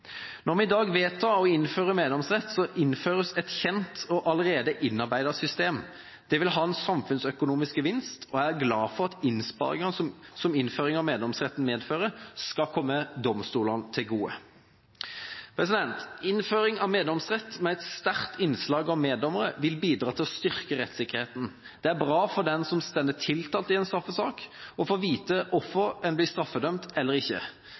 Når vi i dag vedtar å innføre meddomsrett, innføres et kjent og allerede innarbeidet system. Det vil ha en samfunnsøkonomisk gevinst, og jeg er glad for at innsparingene som innføring av meddomsretten medfører, skal komme domstolene til gode. Innføring av meddomsrett med et sterkt innslag av meddommere vil bidra til å styrke rettssikkerheten. Det er bra for den som står tiltalt i en straffesak, å få vite hvorfor man blir straffedømt eller ikke.